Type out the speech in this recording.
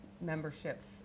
memberships